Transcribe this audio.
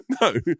No